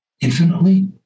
infinitely